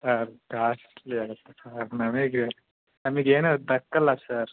costly ಆಗುತ್ತೆ sir ನಮಗೆ ನಮ್ಗೆ ಏನು ದಕ್ಕಲ್ಲ ಸರ್